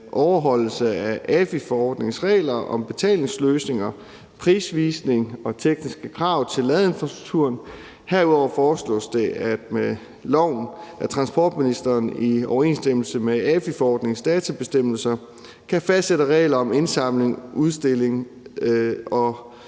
overholdelse af AFI-forordningens regler om betalingsløsninger, prisvisning og tekniske krav til ladeinfrastruktur. Herudover foreslås det med loven, at transportministeren i overensstemmelse med AFI-forordningens databestemmelser kan fastsætte regler om indsamling, udstilling,